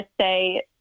say